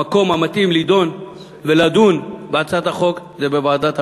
המקום המתאים לדון בהצעת החוק הוא ועדת העבודה,